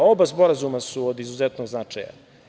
Oba sporazuma su od izuzetnog značaja.